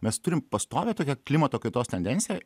mes turim pastovią tokią klimato kaitos tendenciją